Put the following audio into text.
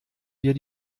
wir